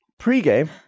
Pregame